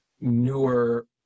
newer